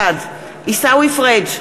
בעד עיסאווי פריג'